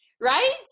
Right